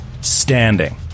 Standing